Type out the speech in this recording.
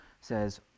says